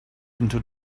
into